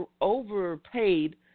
overpaid